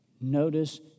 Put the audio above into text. Notice